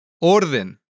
orden